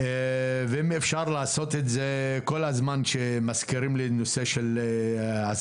ואם אפשר לעשות את זה כל הזמן שמזכירים לי את הנושא של הסביבה.